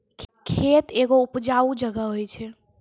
खेत एगो उपजाऊ जगह होय छै